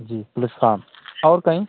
जी police फाम और कहीं